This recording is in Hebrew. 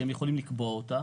שהם יכולים לקבוע אותה,